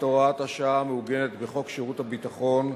הוראת השעה המעוגנת בחוק שירות ביטחון,